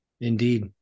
Indeed